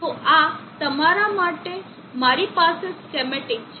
તો આ તમારા માટે મારી પાસે સ્કેમેટીક છે